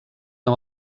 amb